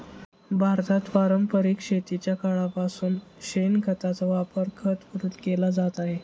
भारतात पारंपरिक शेतीच्या काळापासून शेणखताचा वापर खत म्हणून केला जात आहे